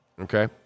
Okay